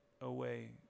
away